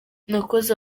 nakoze